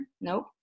Nope